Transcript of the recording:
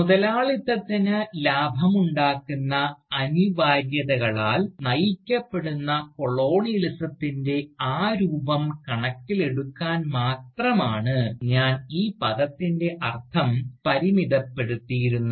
മുതലാളിത്തത്തിന് ലാഭമുണ്ടാക്കുന്ന അനിവാര്യതകളാൽ നയിക്കപ്പെടുന്ന കൊളോണിയലിസത്തിൻറെ ആ രൂപം കണക്കിലെടുക്കാൻ മാത്രമാണ് ഞാൻ ഈ പദത്തിൻറെ അർത്ഥം പരിമിതപ്പെടുത്തിയിരുന്നത്